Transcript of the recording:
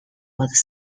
was